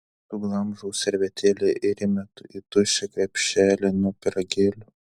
suglamžau servetėlę ir įmetu į tuščią krepšelį nuo pyragėlių